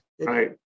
right